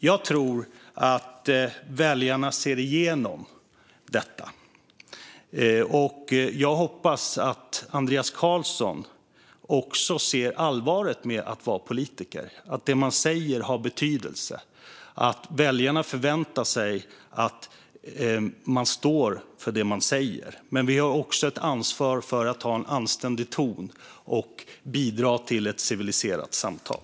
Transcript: Jag tror att väljarna ser igenom detta, och jag hoppas att Andreas Carlson också ser allvaret i att vara politiker: Det man säger har betydelse, och väljarna förväntar sig att man står för det man säger. Men vi har också ansvar för att ha en anständig ton och bidra till ett civiliserat samtal.